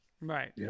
Right